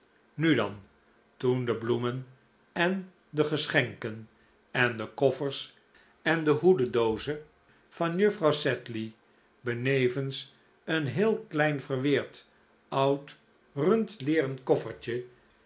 nu dan toen de bloemen en de geschenken en de koffers en de hoedendoozen van juffrouw sedley benevens een heel klein verweerd oud rundlederen koffertje